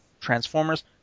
Transformers